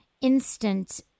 instant